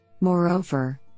Moreover